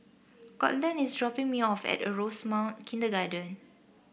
Courtland is dropping me off at Rosemount Kindergarten